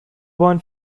bahn